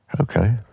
Okay